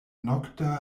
nokta